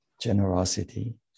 generosity